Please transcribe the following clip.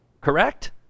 Correct